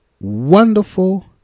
wonderful